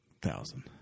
Thousand